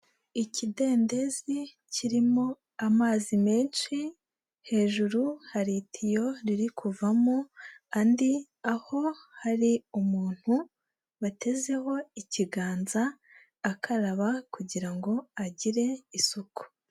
Ikidendezi kirimo amazi menshi, hejuru hari itiyo riri kuvamo andi, aho hari umuntu batezeho ikiganza akaraba kugira ngo agire isuku.